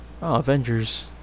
Avengers